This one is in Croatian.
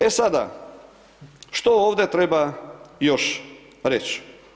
E sada što ovdje treba još reći?